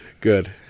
Good